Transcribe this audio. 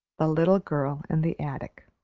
the little girl in the attic.